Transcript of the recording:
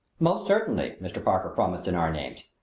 most certainly! mr. parker promised in our names.